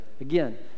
Again